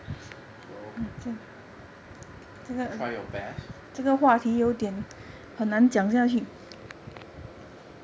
so ya try your best